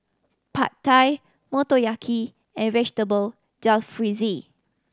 Pad Thai Motoyaki and Vegetable Jalfrezi